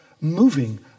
moving